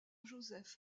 joseph